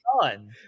on